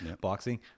boxing